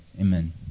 Amen